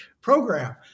program